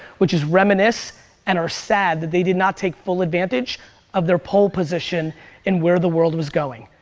which is reminisce and are sad that they did not take full advantage of their pole position in where the world was going.